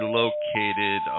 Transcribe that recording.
located